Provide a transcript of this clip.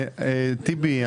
טיבי,